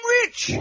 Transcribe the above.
rich